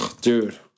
Dude